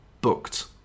booked